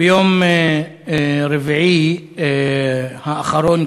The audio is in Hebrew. ביום רביעי האחרון,